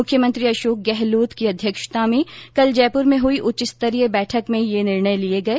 मुख्यमंत्री अशोक गहलोत की अध्यक्षता में कल जयपुर में हुई उच्च स्तरीय बैठक में ये निर्णय किए गए